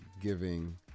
giving